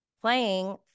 playing